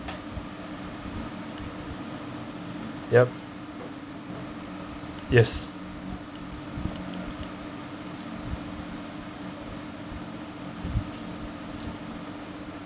yup yes